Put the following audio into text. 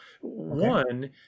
one